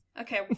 Okay